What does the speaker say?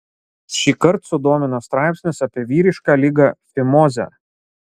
šįkart sudomino straipsnis apie vyrišką ligą fimozę